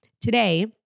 Today